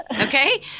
Okay